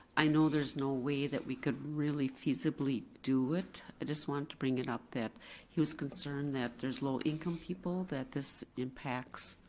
i know there's no way that we could really feasibly do it, i just wanted to bring it up that he was concerned that there's low-income people that this impacts.